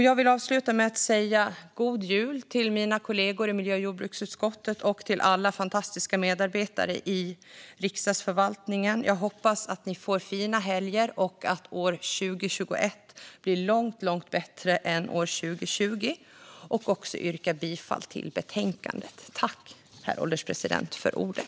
Jag vill avsluta med att säga god jul till mina kollegor i miljö och jordbruksutskottet och till alla fantastiska medarbetare i Riksdagsförvaltningen. Jag hoppas att ni får fina helger och att 2021 blir långt, långt bättre än 2020. Jag vill också yrka bifall till utskottets förslag i betänkandet.